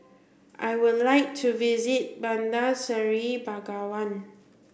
I would like to visit Bandar Seri Begawan